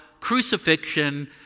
crucifixion